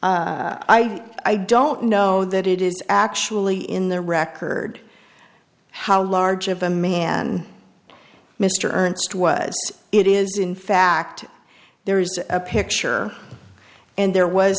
t i i don't know that it is actually in the record how large of a man mr ernst was it is in fact there is a picture and there was